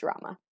drama